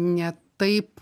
ne taip